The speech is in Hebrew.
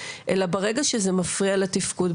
אלא ברגע שזה מפריע לתפקוד,